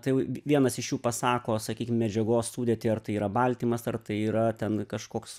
tai jau vienas iš jų pasako sakykim medžiagos sudėtį ar tai yra baltymas ar tai yra ten kažkoks